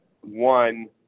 one